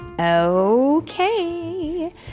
Okay